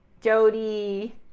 Jody